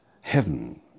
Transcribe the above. heaven